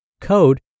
Code